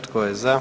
Tko je za?